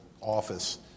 office